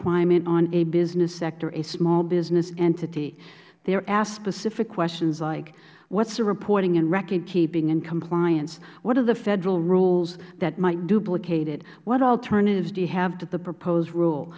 requirement on a business sector a small business entity they are asked specific questions like what is the reporting and record keeping and compliance what are the federal rules that might duplicate it what alternatives do you have to the proposed rule